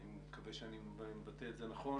אני מקווה מבטא את זה נכון,